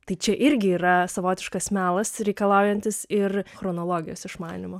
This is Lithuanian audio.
tai čia irgi yra savotiškas melas reikalaujantis ir chronologijos išmanymo